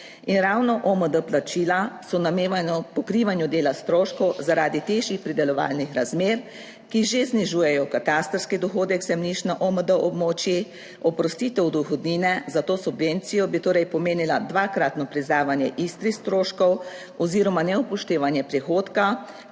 In ravno OMD plačila so namenjena pokrivanju dela stroškov zaradi težjih pridelovalnih razmer, ki že znižujejo katastrski dohodek zemljišč na OMD območjih. Oprostitev dohodnine za to subvencijo bi torej pomenila dvakratno priznavanje istih stroškov oziroma neupoštevanje prihodka,